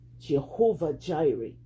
Jehovah-Jireh